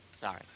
Sorry